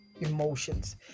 emotions